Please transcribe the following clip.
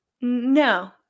No